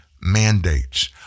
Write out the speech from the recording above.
mandates